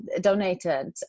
donated